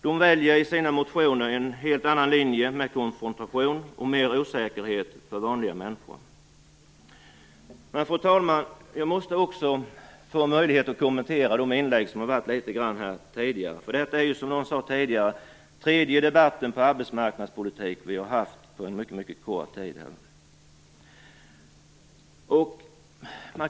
De väljer i sina motioner en helt annan linje med konfrontation och mer osäkerhet för vanliga människor. Fru talman! Jag måste också litet grand få kommentera de inlägg vi har hört. Detta är, som någon sade tidigare, den tredje debatten om arbetsmarknadspolitik vi har haft på mycket kort tid.